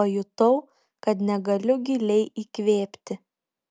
pajutau kad negaliu giliai įkvėpti